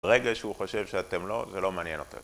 ברגע שהוא חושב שאתם לא, זה לא מעניין יותר.